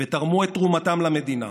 ותרמו את תרומתם למדינה,